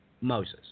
Moses